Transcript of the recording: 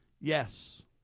Yes